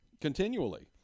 Continually